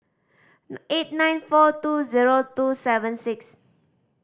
eight nine four two zero two seven six